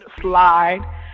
Slide